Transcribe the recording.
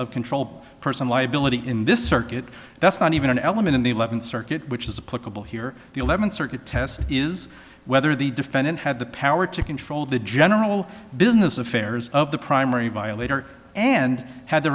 of control person liability in this circuit that's not even an element in the eleventh circuit which is a political here the eleventh circuit test is whether the defendant had the power to control the general business affairs of the primary violator and had the